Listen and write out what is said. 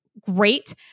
great